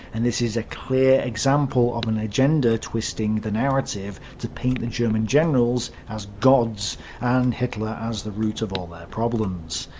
and this is a clear example of an agenda twisting the narrative to paint the german generals as gods and hitler as the root of all their problems.